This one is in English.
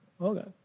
Okay